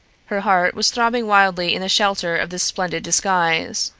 her heart was throbbing wildly in the shelter of this splendid disguise.